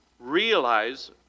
Realize